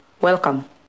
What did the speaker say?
Welcome